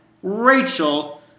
Rachel